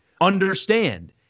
understand